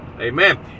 Amen